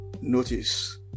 notice